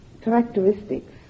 characteristics